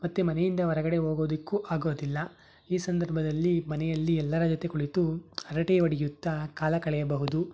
ಮತ್ತು ಮನೆಯಿಂದ ಹೊರಗಡೆ ಹೋಗೋದಕ್ಕೂ ಆಗೋದಿಲ್ಲ ಈ ಸಂದರ್ಭದಲ್ಲಿ ಮನೆಯಲ್ಲಿ ಎಲ್ಲರ ಜೊತೆ ಕುಳಿತು ಹರಟೆ ಹೊಡೆಯುತ್ತಾ ಕಾಲ ಕಳೆಯಬಹುದು